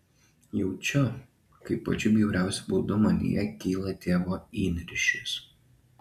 jaučiu kaip pačiu bjauriausiu būdu manyje kyla tėvo įniršis